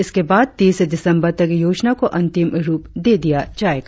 इसके बाद तीस दिसम्बर तक योजना को अंतिम रुप दे दिया जाएगा